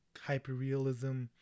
hyper-realism